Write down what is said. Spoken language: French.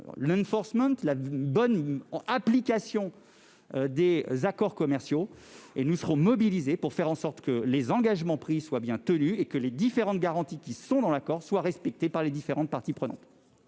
appelons, pour « bonne application des accords commerciaux »-, nous serons mobilisés pour faire en sorte que les engagements pris soient bien tenus et que les différentes garanties prévues dans l'accord soient respectées par les parties prenantes.